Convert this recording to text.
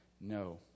no